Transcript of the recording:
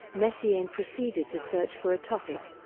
messiaen proceeded to search for a topic.